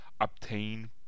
obtain